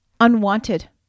unwanted